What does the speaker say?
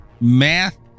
math